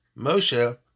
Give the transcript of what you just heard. Moshe